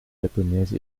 japonaise